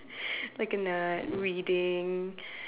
like in a reading